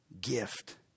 gift